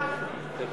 משכתי.